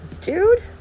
dude